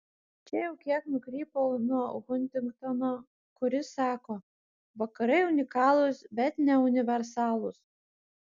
čia jau kiek nukrypau nuo huntingtono kuris sako vakarai unikalūs bet ne universalūs